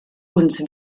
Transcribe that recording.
uns